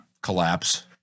Collapse